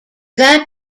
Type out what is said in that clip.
that